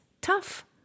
tough